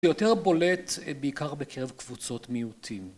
יותר בולט בעיקר בקרב קבוצות מיעוטים.